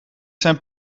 zijn